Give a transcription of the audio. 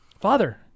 Father